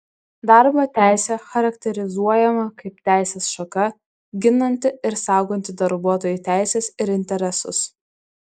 darbo teisė charakterizuojama kaip teisės šaka ginanti ir sauganti darbuotojų teises ir interesus